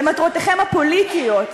למטרותיכם הפוליטיות,